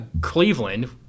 Cleveland